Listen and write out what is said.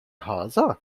rosa